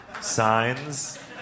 Signs